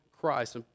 Christ